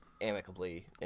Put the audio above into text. amicably